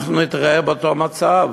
השם ישמור, אנחנו נתראה באותו מצב,